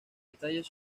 detalles